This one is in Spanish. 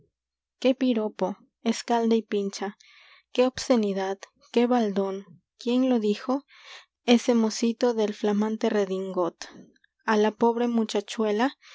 ué piropo escalda y pincha qué obscenidad qué baldón quién lo dijo ese mocito del flamante redingot á la la pobre